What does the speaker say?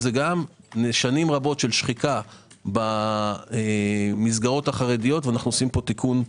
שנים רבות של שחיקה במסגרות החרדיות ואנו עושים פה תיקון.